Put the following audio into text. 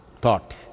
thought